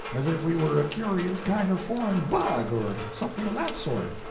as if we were a curious kind of foreign bug, or something of that sort.